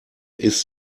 ist